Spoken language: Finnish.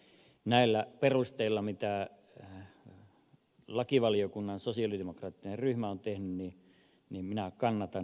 näillä perusteilla mitä lakivaliokunnan sosiaalidemokraattinen ryhmä on tehnyt minä kannatan ed